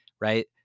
right